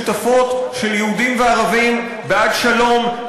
משותפות של יהודים וערבים בעד שלום,